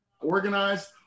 organized